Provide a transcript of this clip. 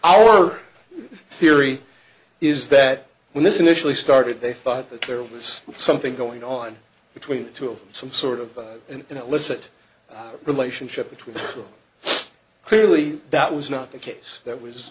our theory is that when this initially started they thought that there was something going on between the two of some sort of an illicit relationship between two clearly that was not the case that was